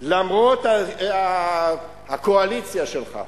למרות הקואליציה שלך,